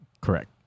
Correct